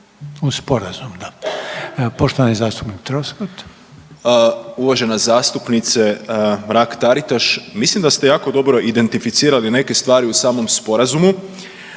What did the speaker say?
Uz sporazum da. Poštovani zastupnik Troskot. **Troskot, Zvonimir (MOST)** Uvažena zastupnice Mrak Taritaš mislim da ste jako dobro identificirali neke stvari u samom sporazumu,